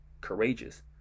courageous